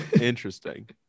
Interesting